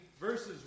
verses